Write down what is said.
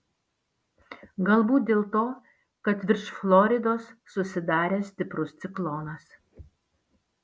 galbūt dėl to kad virš floridos susidaręs stiprus ciklonas